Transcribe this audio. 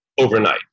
overnight